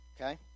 Okay